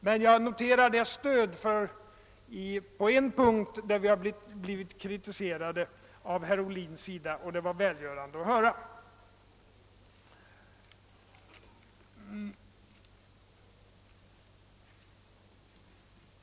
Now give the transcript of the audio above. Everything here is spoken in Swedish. Men jag noterade herr Ohlins stöd på en punkt där vi tidigare blivit kritiserade av herr Ohlins me ningsfränder, och det stödet var välgörande att höra.